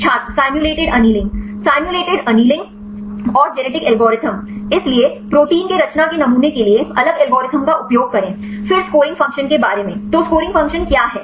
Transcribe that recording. छात्र simulated annealing simulated annealing और genetic algorithm इसलिए प्रोटीन के रचना के नमूने के लिए अलग एल्गोरिथ्म का उपयोग करें फिर स्कोरिंग फ़ंक्शन के बारे में तो स्कोरिंग फ़ंक्शन क्या है